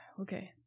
Okay